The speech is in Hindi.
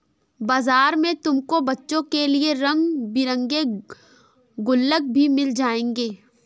बाजार में तुमको बच्चों के लिए रंग बिरंगे गुल्लक भी मिल जाएंगे